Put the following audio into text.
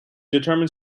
determine